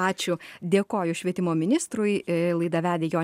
ačiū dėkoju švietimo ministrui į laidą vedė